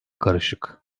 karışık